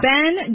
Ben